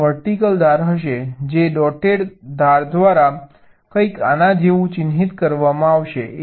ત્યાં વર્ટિકલ ધાર હશે જે ડોટેડ ધાર દ્વારા કંઈક આના જેવું ચિહ્નિત કરવામાં આવશે